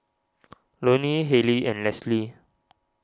Loney Halley and Leslie